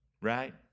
right